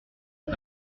est